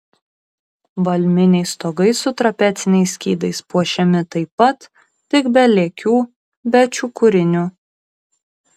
valminiai stogai su trapeciniais skydais puošiami taip pat tik be lėkių be čiukurinių